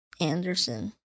Anderson